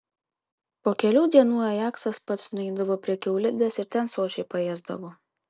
po kelių dienų ajaksas pats nueidavo prie kiaulidės ir ten sočiai paėsdavo